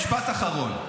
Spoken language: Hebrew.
משפט אחרון.